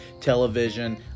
television